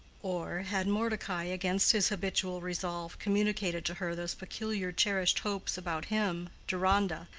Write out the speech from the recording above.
or had mordecai, against his habitual resolve, communicated to her those peculiar cherished hopes about him, deronda,